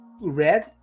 red